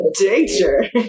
Danger